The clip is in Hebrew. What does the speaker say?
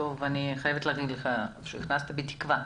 אני חייבת להגיד לך שהפחת בי תקווה.